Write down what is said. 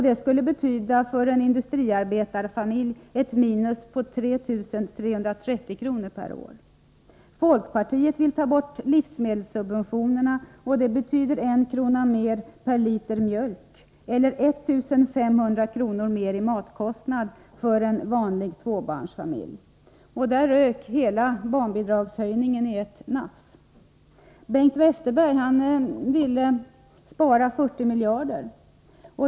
Det skulle för en industriarbetarfamilj betyda ett minus på 3 330 kr. per år. Folkpartiet vill ta bort livsmedelssubventionerna. Det betyder en krona mer per liter mjölk eller 1 500 kr. mer i matkostnader för en vanlig tvåbarnsfamilj. Där rök hela barnbidragshöjningeniettnafs. Bengt Westerberg ville spara 40 miljarder.